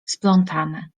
splątane